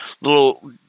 little